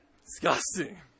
Disgusting